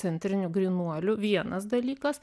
centrinių grynuolių vienas dalykas